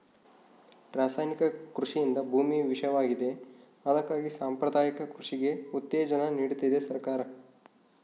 ರಾಸಾಯನಿಕ ಕೃಷಿಯಿಂದ ಭೂಮಿ ವಿಷವಾಗಿವೆ ಅದಕ್ಕಾಗಿ ಸಾಂಪ್ರದಾಯಿಕ ಕೃಷಿಗೆ ಉತ್ತೇಜನ ನೀಡ್ತಿದೆ ಸರ್ಕಾರ